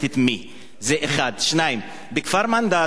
שנית, בכפר-מנדא, אדוני היושב-ראש, יש כ-700